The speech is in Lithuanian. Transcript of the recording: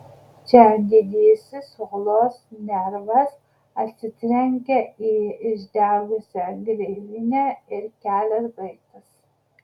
čia didysis uolos nervas atsitrenkia į išdegusią gleivinę ir kelias baigtas